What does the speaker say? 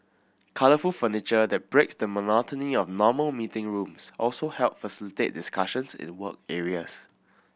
colourful furniture that breaks the monotony of normal meeting rooms also help facilitate discussions in the work areas